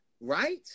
Right